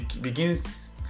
begins